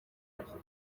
twigisha